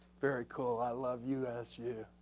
very cool. i love usu.